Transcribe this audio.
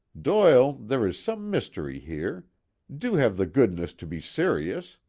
doyle, there is some mystery here do have the goodness to be serious.